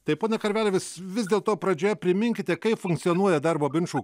tai ponia karvele vis vis dėlto pradžioje priminkite kaip funkcionuoja darbo ginčų